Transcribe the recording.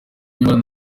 nyamara